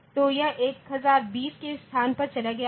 तो यह 1020 के स्थान पर चला गया है